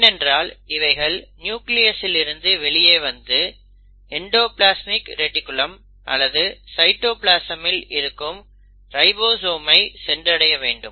ஏனென்றால் இவைகள் நியூக்ளியஸில் இருந்து வெளியே வந்து எண்டோப்லஸ்மிக் ரெடிக்குலம் அல்லது சைட்டோபிளாசமில் இருக்கும் ரைபோசோம் ஐ சென்றடைய வேண்டும்